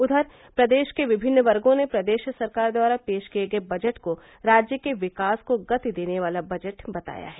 उधर प्रदेश के विभिन्न वर्गो ने प्रदेश सरकार द्वारा पेश किए गए बजट को राज्य के विकास को गति देने वाला बजट बताया है